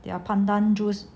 their pandan juice